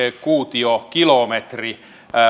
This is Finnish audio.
kuutiokilometri